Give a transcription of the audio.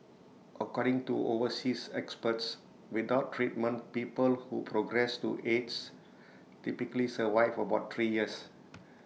according to overseas experts without treatment people who progress to aids typically survive about three years